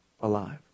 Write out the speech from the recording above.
alive